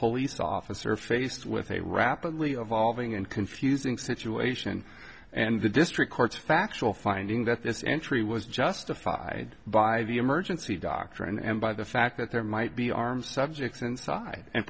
police officer faced with a rapidly evolving and confusing situation and the district court's factual finding that this entry was justified by the emergency doctor and by the fact that there might be armed subjects inside and